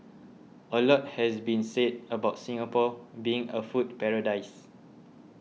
a lot has been said about Singapore being a food paradise